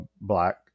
black